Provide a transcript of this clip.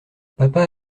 papa